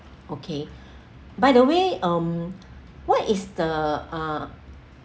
okay by the way um what is the uh